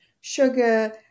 sugar